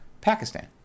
Pakistan